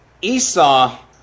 Esau